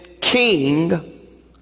king